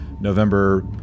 November